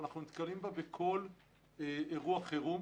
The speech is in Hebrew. ואנחנו נתקלים בה בכל אירוע חירום,